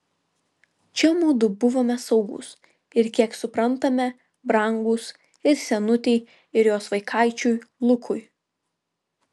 čia mudu buvome saugūs ir kiek suprantame brangūs ir senutei ir jos vaikaičiui lukui